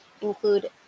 include